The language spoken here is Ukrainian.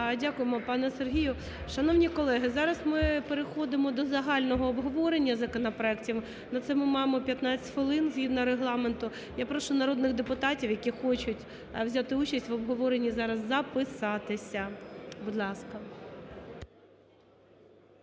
Дякуємо, пане Сергію. Шановні колеги, зараз ми переходимо до загального обговорення законопроектів, на це ми маємо 15 хвилин згідно Регламенту. Я прошу народних депутатів, які хочуть взяти участь в обговоренні зараз, записатися. Будь ласка.